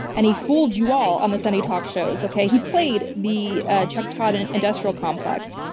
and he fooled you all on the sunday talk shows. okay? he played the ah chuck todd and industrial complex,